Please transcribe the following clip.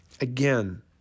Again